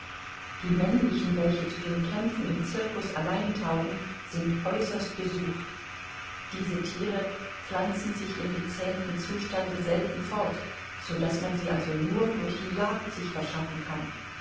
die männlichen welche zu den kämpfen im circus allein taugen sind äußerst gesucht diese thiere pflanzen sich im gezähmten zustande selten fort so daß man sie also nur durch die jagd sich verschaffen kann